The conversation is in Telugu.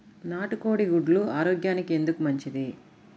నాటు కోడి గుడ్లు ఆరోగ్యానికి ఎందుకు మంచిది?